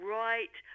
right